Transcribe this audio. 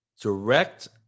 direct